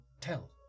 tell